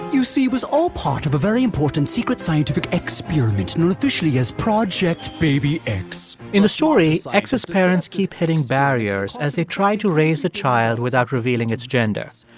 you see, it was all part of a very important, secret scientific experiment known officially as project baby x in the story, x's parents keep hitting barriers as they try to raise the child without revealing its gender.